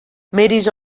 middeis